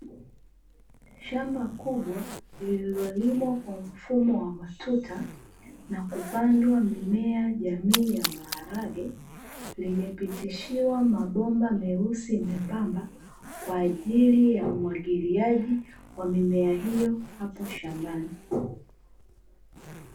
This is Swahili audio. Shamba kubwa lililolimwa kwa mfumo wa matuta, na kupandwa mimea jamii ya maharage, limepitishiwa mabomba meusi mwembamba, kwa ajili ya umwagiliaji wa mimea hiyo hapo shambani.